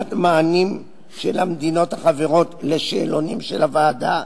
בחינת מענים של המדינות החברות לשאלונים של הוועדה,